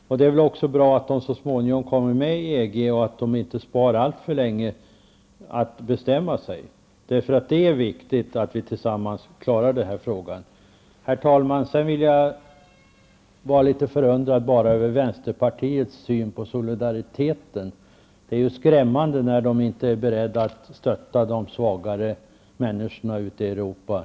Och det är väl också bra att alla nordiska länder så småningom kommer med i EG och inte väntar alltför länge med att bestämma sig. Det är nämligen viktigt att vi tillsammans klarar av denna fråga. Herr talman! Jag blev litet förundrad över vänsterpartiets syn på solidariteten. Det är skrämmande att man inom vänsterpartiet inte är beredd att stötta de svagare människorna ute i Europa.